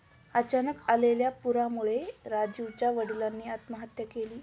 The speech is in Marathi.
अचानक आलेल्या पुरामुळे राजीवच्या वडिलांनी आत्महत्या केली